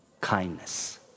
kindness